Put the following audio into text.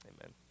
amen